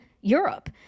Europe